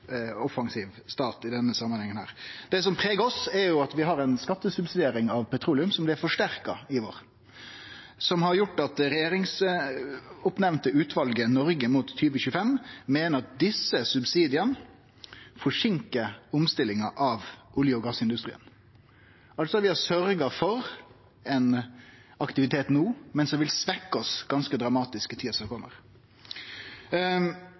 offensiv stat i denne samanhengen. Det som pregar oss, er at vi har ei skattesubsidiering av petroleum, som blei forsterka i vår, og som har gjort at det regjeringsoppnemnde utvalet Noreg mot 2025 meiner at desse subsidiane forseinkar omstillinga av olje- og gassindustrien. Vi har altså sørgt for ein aktivitet no, men det vil svekkje oss ganske dramatisk i tida som